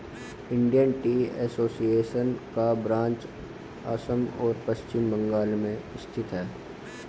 Indian tea association का branch Assam और पश्चिम बंगाल में स्थित है